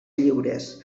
lliures